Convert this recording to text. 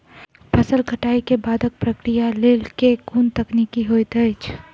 फसल कटाई केँ बादक प्रक्रिया लेल केँ कुन तकनीकी होइत अछि?